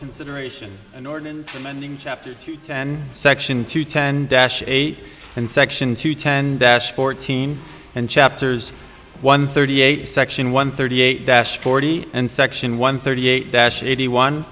consideration in order and section two ten dash eight and section two ten dash fourteen and chapters one thirty eight section one thirty eight dash forty and section one thirty eight eighty one